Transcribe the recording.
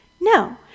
No